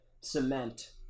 cement